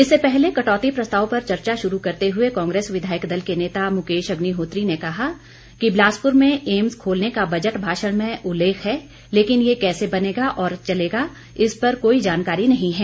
इससे पहले कटौती प्रस्ताव पर चर्चा शुरू करते हुए कांग्रेस विधायक दल के नेता मुकेश अग्निहोत्री ने कहा कि बिलासपुर में एम्स खोलने का बजट भाशण में उल्लेख है लेकिन ये कैसे बनेगा और चलेगा इस पर कोई जानकारी नहीं है